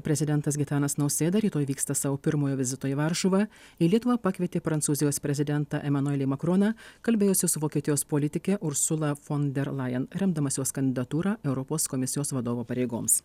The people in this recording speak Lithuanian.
prezidentas gitanas nausėda rytoj vyksta savo pirmojo vizito į varšuvą į lietuvą pakvietė prancūzijos prezidentą emanuelį makroną kalbėjosi su vokietijos politike ursula fon der lajen remdamas jos kandidatūrą europos komisijos vadovo pareigoms